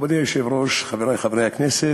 מכובדי היושב-ראש, חברי חברי הכנסת,